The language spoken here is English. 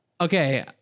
Okay